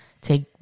take